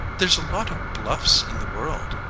there's a lot of bluffs in the world,